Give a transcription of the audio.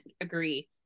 agree